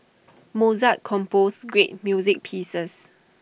Mozart composed great music pieces